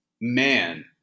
man